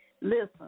Listen